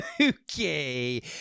Okay